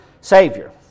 savior